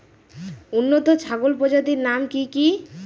উন্নত ছাগল প্রজাতির নাম কি কি?